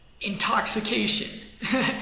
intoxication